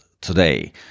today